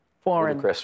Foreign